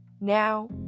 now